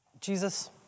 Jesus